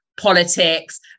politics